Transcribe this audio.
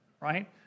right